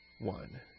one